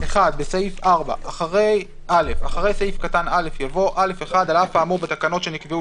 בסעיף 4 אחרי סעיף קטן (א) יבוא: "(א1) על אף האמור בתקנות שנקבעו